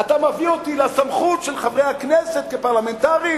אתה מביא אותי לסמכות של חברי הכנסת כפרלמנטרים?